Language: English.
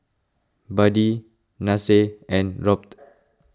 Buddy Nasir and Robt